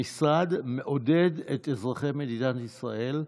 המשרד מעודד את אזרחי מדינת ישראל,